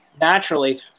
naturally